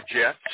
Jeff